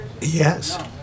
Yes